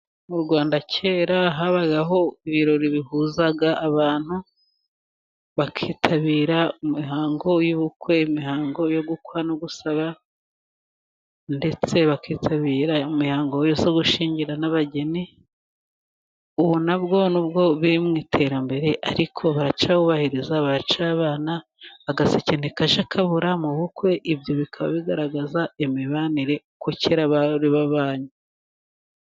Mu Rwanda kera habagaho ibirori bihuza abantu, bakitabira imihango y'ubukwe, imihango yo gukwa no gusaba, ndetse bakitabira imihango yo gushyingira n'abageni. Ubu nabwo n'ubwo biri mu iterambere, ariko baracyubahiriza, baracyabana, agaseke ntikajya kabura mu bukwe, ibyo bikaba bigaragaza imibanire, ko kera bari babanye.